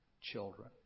children